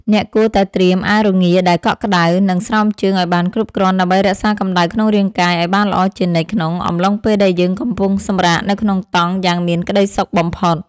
អ្នកគួរតែត្រៀមអាវរងាដែលកក់ក្ដៅ និង ស្រោមជើងឱ្យបានគ្រប់គ្រាន់ដើម្បីរក្សាកម្ដៅក្នុងរាងកាយឱ្យបានល្អជានិច្ចក្នុងអំឡុងពេលដែលយើងកំពុងសម្រាកនៅក្នុងតង់យ៉ាងមានក្តីសុខបំផុត។